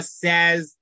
says